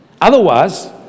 Otherwise